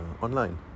online